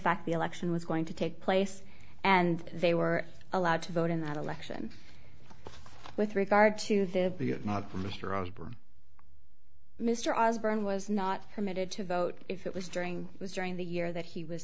fact the election was going to take place and they were allowed to vote in that election with regard to the be it not for mr osborne mr osbourne was not permitted to vote if it was during was during the year that he was